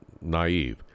naive